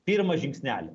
pirmą žingsnelį